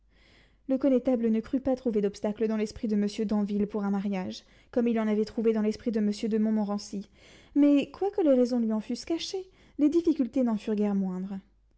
le connétable ne crut pas trouver d'obstacles dans l'esprit de monsieur d'anville pour un mariage comme il en avait trouvé dans l'esprit de monsieur de montmorency mais quoique les raisons lui en fussent cachées les difficultés n'en furent guère moindres